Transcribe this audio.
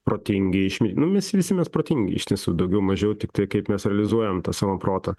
protingi išmi nu visi visi mes protingi iš tiesų daugiau mažiau tiktai kaip mes realizuojam tą savo protą